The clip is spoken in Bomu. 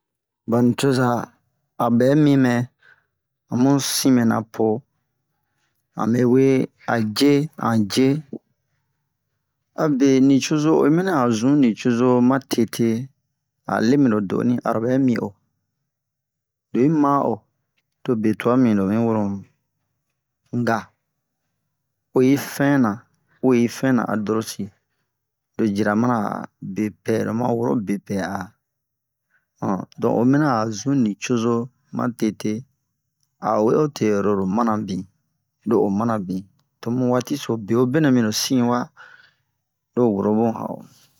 Ba nicoza a bɛ mimɛ amu sin mɛna po a je an je abe nucozo oyi mina a zun nicozo ma tete a'o lemi lo do'onu aro bɛ mi'o lo yi ma'o to be tuwa mimini lomi woro mu ga oyi fɛna uwe yi fɛna a dorosi lo jira mana a bepɛ lo ma woro bepɛ a don oyi mina a'o zun nicozo ma tete a'o we ote oro lo mana bin lo o mana bin tomu waati so bewobe nɛ miro sin wa lo woro bun han o